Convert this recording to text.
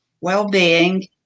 well-being